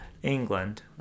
England